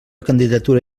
candidatura